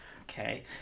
Okay